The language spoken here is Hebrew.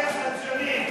חדשני.